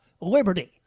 liberty